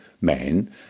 men